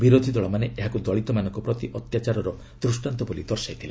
ବିରୋଧି ଦଳମାନେ ଏହାକୁ ଦଳିତମାନଙ୍କ ପ୍ରତି ଅତ୍ୟାଚାରର ଦୃଷ୍ଟାନ୍ତ ବୋଲି ଦର୍ଶାଇଥିଲେ